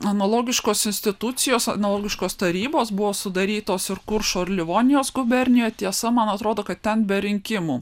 analogiškos institucijos analogiškos tarybos buvo sudarytos ir kuršo ir livonijos gubernijoje tiesa man atrodo kad ten be rinkimų